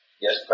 yes